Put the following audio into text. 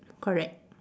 correct